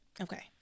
Okay